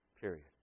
Period